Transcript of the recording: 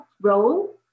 role